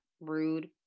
Rude